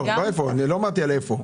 לא אמרתי איפה.